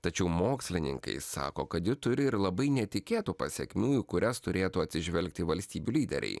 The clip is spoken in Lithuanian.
tačiau mokslininkai sako kad ji turi ir labai netikėtų pasekmių į kurias turėtų atsižvelgti valstybių lyderiai